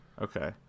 Okay